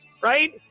right